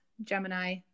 Gemini